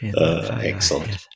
Excellent